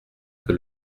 que